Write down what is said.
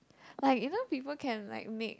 like even people can like make